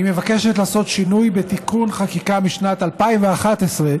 היא מבקשת לעשות שינוי בתיקון חקיקה משנת 2011,